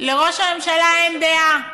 לראש הממשלה אין דעה.